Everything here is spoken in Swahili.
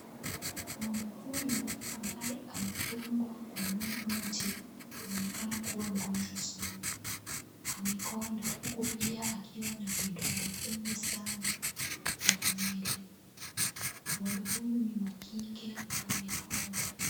Ng'ombe huyu ambaye amefungwa kwa mti, anaonekana kuwa mgonjwa sana, amekonda huku pia akiwa na vidonda vingi sana kwa mwili. Ng'ombe huyu ni wa kike na amekonda.